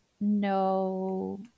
no